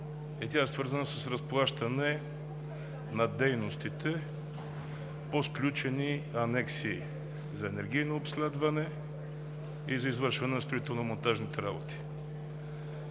Тя е свързана с разплащане на дейностите по сключени анекси за енергийно обследване и за извършване на строително-монтажните работи.